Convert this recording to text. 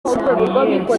cyane